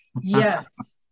Yes